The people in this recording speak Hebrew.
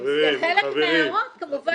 וחלק מההערות כמובן הוטמעו בנוסח.